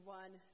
one